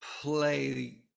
play